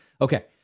Okay